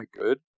good